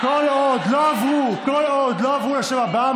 --- כל עוד לא עברו לשם הבא,